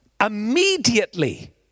immediately